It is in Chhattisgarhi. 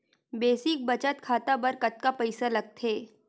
बेसिक बचत खाता बर कतका पईसा लगथे?